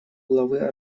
главы